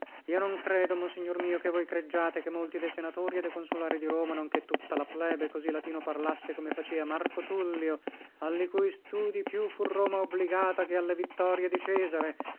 io non credo monsignor mio che voi creggiate che molti de senatori e de consulari di roma non che tutta la plebe così latino parlasse come facea marco tullio alli cui studii più fu roma obligata che alle vittorie di cesare